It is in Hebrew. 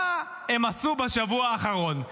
מה הם עשו בשבוע האחרון?